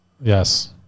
Yes